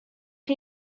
chi